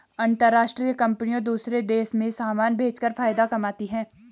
अंतरराष्ट्रीय कंपनियां दूसरे देशों में समान भेजकर फायदा कमाती हैं